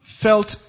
felt